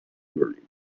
morning